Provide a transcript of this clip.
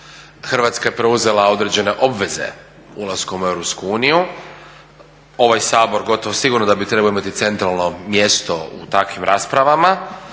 Hrvatska je preuzela određene obveze ulaskom u EU, ovaj Sabor gotovo sigurno da bi trebao imati centralno mjesto u takvim raspravama,